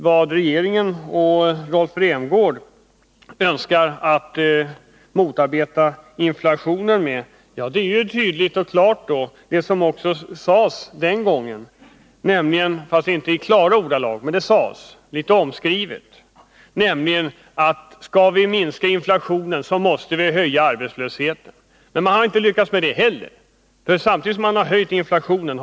Vad regeringen och Rolf Rämgård önskar motarbeta inflationen med är då tydligt och klart. Det sades också den gången, låt vara att det inte skedde i klara ordalag utan litet omskrivet: Skall vi minska inflationen måste vi höja arbetslösheten. Men inte heller med den metoden har man lyckats minska inflationen!